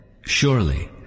Surely